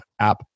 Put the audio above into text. app